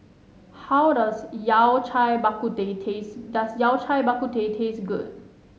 how does Yao Cai Bak Kut Teh taste does Yao Cai Bak Kut Teh taste good